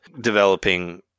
developing